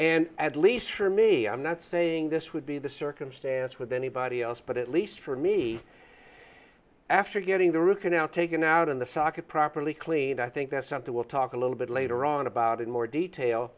and at least for me i'm not saying this would be the circumstance with anybody else but at least for me after getting the root canal taken out in the socket properly cleaned i think that's something we'll talk a little bit later on about in more detail